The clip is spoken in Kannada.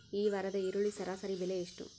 ಈ ವಾರದ ಈರುಳ್ಳಿ ಸರಾಸರಿ ಬೆಲೆ ಎಷ್ಟು?